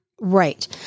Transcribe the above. Right